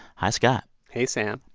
hi, scott hey, sam